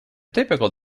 typical